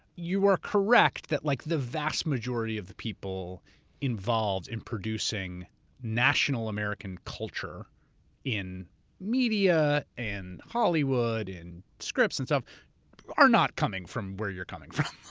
you are correct that like the vast majority of the people involved in producing national american culture in media and hollywood and scripts and stuff are not coming from where you're coming from,